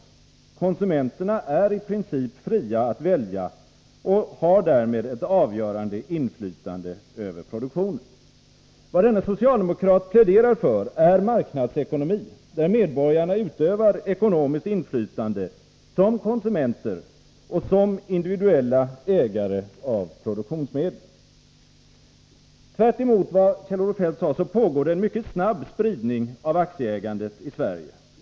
Konsumenterna är i princip fria att välja och har därmed ett avgörande inflytande över produktionen.” Vad denne socialdemokrat pläderar för är marknadsekonomi, där medborgarna utövar ekonomiskt inflytande som konsumenter och som individuella ägare av produktionsmedlen. Tvärtemot vad Kjell-Olof Feldt sade pågår det en mycket snabb spridning av aktieägandet i Sverige.